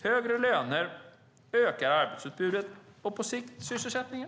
Högre löner ökar arbetsutbudet och på sikt sysselsättningen.